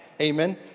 Amen